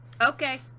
okay